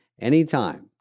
anytime